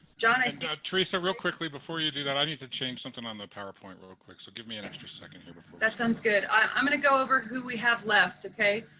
john, i see art theresa, real quickly, before you do that, i need to change something on the powerpoint real quick. so give me an extra second here for that sounds good. i'm going to go over who we have left, ok?